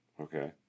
Okay